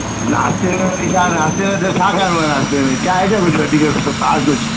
नाश्ते जो वरी छा नाश्ते में ॿियो छा खाइणो आहे नाश्ते में छा आहे छा कुझु वधीक सुठो ख़ासि कुझु